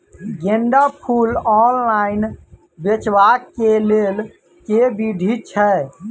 गेंदा फूल ऑनलाइन बेचबाक केँ लेल केँ विधि छैय?